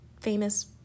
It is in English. famous